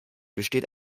besteht